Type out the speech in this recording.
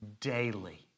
daily